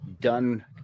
done